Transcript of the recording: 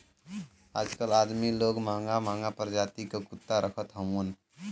आजकल अदमी लोग महंगा महंगा परजाति क कुत्ता रखत हउवन